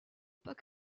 pas